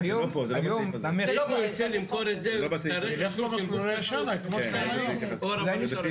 למוני יוצר קשר עם רב עיר מסוים ומתחיל